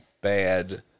bad